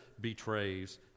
betrays